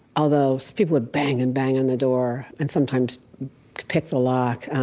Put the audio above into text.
although people would bang and bang on the door and sometimes pick the lock.